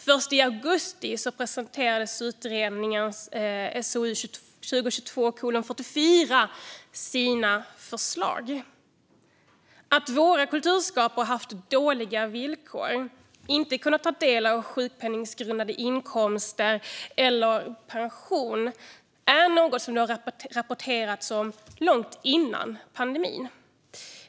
I augusti presenterade utredningen SOU 2022:44 sina förslag. Att våra kulturskapare haft dåliga villkor, inte kunnat ta del av sjukpenninggrundande inkomster eller pension, är något som det rapporterats om långt innan pandemin.